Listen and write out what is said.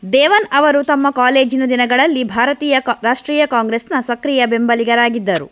ದೇವನ್ ಅವರು ತಮ್ಮ ಕಾಲೇಜಿನ ದಿನಗಳಲ್ಲಿ ಭಾರತೀಯ ಕ್ವ ರಾಷ್ಟ್ರೀಯ ಕಾಂಗ್ರೆಸ್ನ ಸಕ್ರಿಯ ಬೆಂಬಲಿಗರಾಗಿದ್ದರು